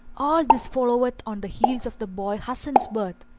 all this followeth on the heels of the boy hasan's birth!